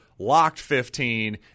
LOCKED15